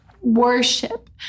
worship